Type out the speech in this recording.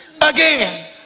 again